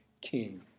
king